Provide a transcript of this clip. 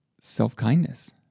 self-kindness